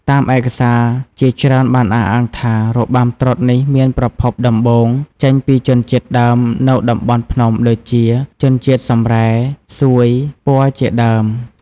តាមឯកសារជាច្រើនបានអះអាងថា របាំត្រុដិនេះមានប្រភពដំបូងចេញពីជនជាតិដើមនៅតំបន់ភ្នំដូចជា ជនជាតិសម្រែ សួយ ព័រជាដើម ។